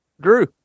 Drew